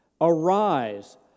arise